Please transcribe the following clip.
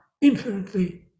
infinitely